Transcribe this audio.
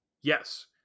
Yes